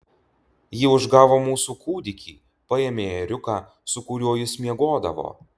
ji užgavo mūsų kūdikį paėmė ėriuką su kuriuo jis miegodavo